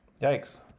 yikes